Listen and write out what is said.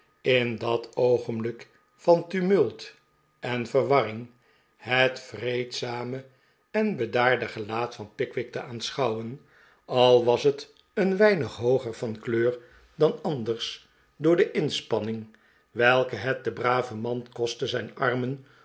in dat oogenblik van tumult en verwarring het vreedzame en bedaarde gelaat van pickwick te aanschouwen al was het een weinig hooger van kleur dan anders door de inspanning welke het den braven man kostte zijn armen